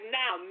now